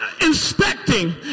Inspecting